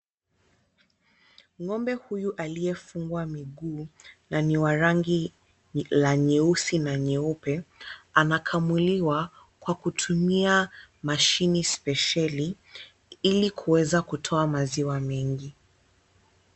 Ng'ombe huyu aliyefungwa miguu na ni wa rangi la nyeusi na nyeupe, anakamuliwa kwa kutumia mashini spesheli ili kuweza kutoa maziwa mingi.